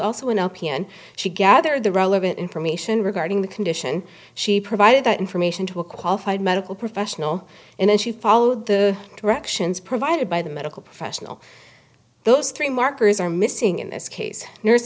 lpn she gathered the relevant information regarding the condition she provided that information to a qualified medical professional and then she followed the directions provided by the medical professional those three markers are missing in this case nurse